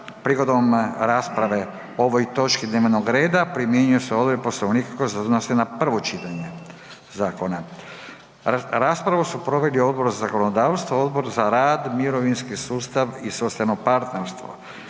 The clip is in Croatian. Prigodom rasprave o ovoj točci dnevnog reda primjenjuju se odredbe Poslovnika koje se odnose na prvo čitanje zakona. Raspravu su proveli Odbor za zakonodavstvo i Odbor za zdravstvo i socijalnu